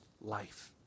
life